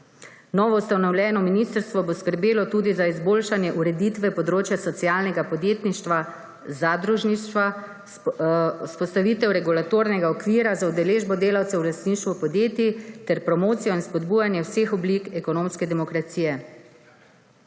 Novoustanovoljeno ministrstvo bo skrbelo tudi za izboljšanje ureditve področja socialnega podjetništva, zadružništva, vzpostavitev regulatornega okvira za udeležbo delavcev v lastništvu podjetij ter promocijo in spodbujanje vseh oblik ekonomske demokracije.